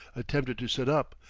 attempted to sit up,